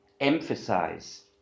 Emphasize